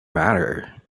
matter